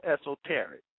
esoteric